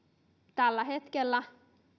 tällä hetkellä